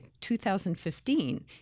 2015